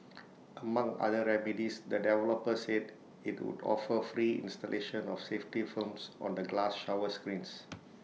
among other remedies the developer said IT would offer free installation of safety films on the glass shower screens